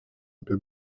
apie